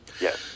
Yes